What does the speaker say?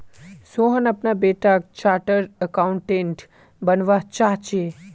सोहन अपना बेटाक chartered accountant बनवा चाह्चेय